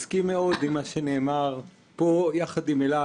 מסכים מאוד עם מה שנאמר פה יחד עם אילת,